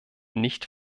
nicht